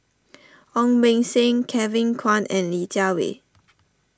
Ong Beng Seng Kevin Kwan and Li Jiawei